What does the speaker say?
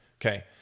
Okay